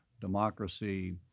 democracy